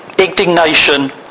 Indignation